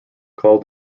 called